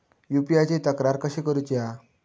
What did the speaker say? UPI ची तक्रार कशी करुची हा?